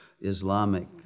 Islamic